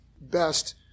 best